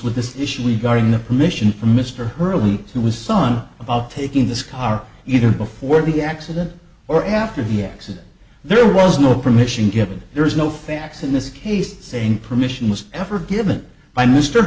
with this issue regarding the permission from mr hurley who was son about taking this car either before the accident or after the accident there was no permission given there is no facts in this case saying permission was ever given by mr